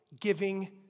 Giving